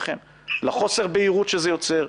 לחוסר הבהירות שזה יוצר,